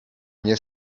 nie